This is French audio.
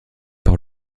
par